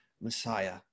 Messiah